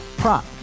prop